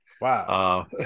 Wow